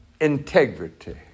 integrity